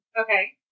Okay